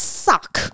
suck